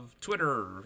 Twitter